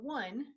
one